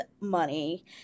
money